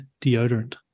deodorant